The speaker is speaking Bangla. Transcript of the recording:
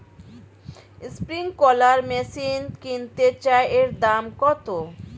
স্প্রিংকলার মেশিন কিনতে চাই এর দাম কত?